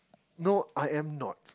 no I am not